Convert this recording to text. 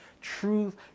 truth